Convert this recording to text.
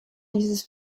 dieses